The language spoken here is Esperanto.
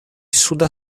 suda